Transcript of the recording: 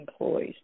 employees